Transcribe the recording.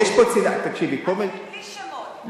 בלי שמות,